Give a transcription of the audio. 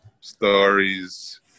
stories